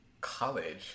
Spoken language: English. college